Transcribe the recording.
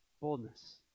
boldness